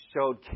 showed